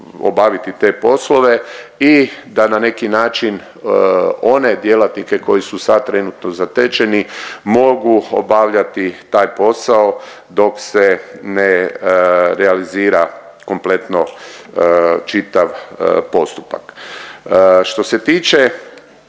obaviti te poslove i da na neki način one djelatnike koji su sad trenutno zatečeni mogu obavljati taj posao dok se ne realizira kompletno čitav postupak. Što se tiče